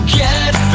get